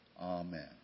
Amen